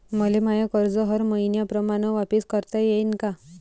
मले माय कर्ज हर मईन्याप्रमाणं वापिस करता येईन का?